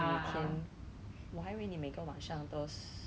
then right I remember you say